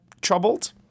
troubled